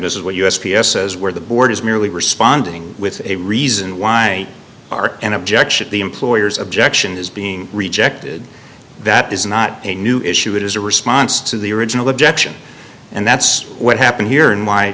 this is what u s p s says where the board is merely responding with a reason why are an objection the employer's objection is being rejected that is not a new issue it is a response to the original objection and that's what happened here